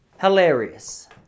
Hilarious